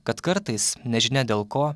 kad kartais nežinia dėl ko